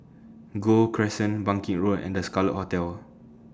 Gul Crescent Bangkit Road and The Scarlet Hotel